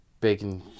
Bacon